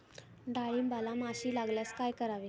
डाळींबाला माशी लागल्यास काय करावे?